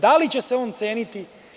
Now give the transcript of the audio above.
Da li će se on ceniti?